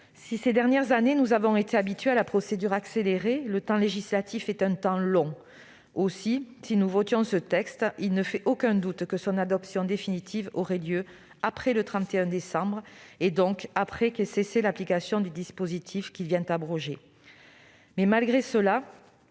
ces dernières années, à la procédure accélérée, le temps législatif reste un temps long. Aussi, si nous votions ce texte, il ne fait aucun doute que son adoption définitive aurait lieu après le 31 décembre 2020, et donc après qu'aura cessé l'application du dispositif qu'il vient abroger. Malgré cela,